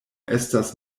estas